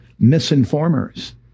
misinformers